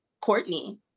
Courtney